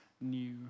new